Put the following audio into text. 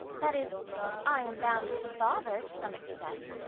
that is i am bound to father to some extent.